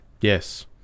Yes